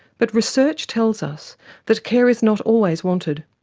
but research tells us that care is not always wanted.